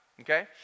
Okay